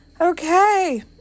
okay